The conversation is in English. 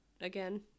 Again